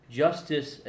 justice